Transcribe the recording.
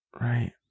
Right